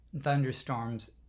thunderstorms